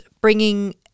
bringing